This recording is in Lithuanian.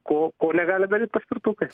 ko ko negali daryt paspirtukai